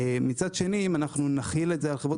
מצד שני אם אנחנו נחיל את זה על חברות